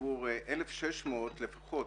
עבור 1,600 לפחות,